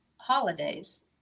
holidays